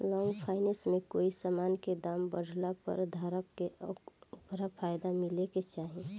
long finance में कोई समान के दाम बढ़ला पर धारक के ओकर फायदा मिले के चाही